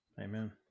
Amen